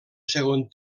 segon